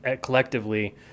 collectively